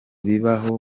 bibaho